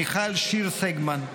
מיכל שיר סגמן,